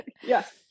Yes